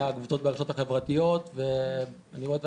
קבוצות ברשתות החברתיות ואני רואה את